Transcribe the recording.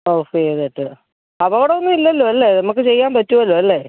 of ചെയ്തിട്ട് അപകടം ഒന്നും ഇല്ലല്ലോ അല്ലേ നമുക്ക് ചെയ്യാൻ പറ്റുമല്ലോ അല്ലേ